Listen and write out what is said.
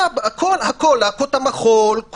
להקות המחול,